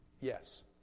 yes